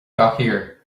gcathaoir